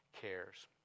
cares